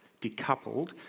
Decoupled